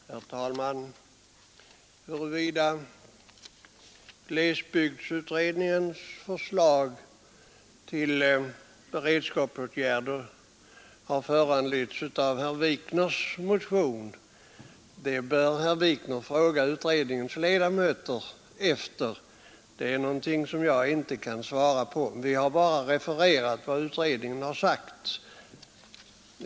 Herr talman! Huruvida glesbygdsutredningens förslag till beredskapsåtgärder har föranletts av herr Wikners motion kan jag inte svara på — det bör herr Wikner fråga utredningens ledamöter om. Utskottet har bara refererat vad utredningen har sagt.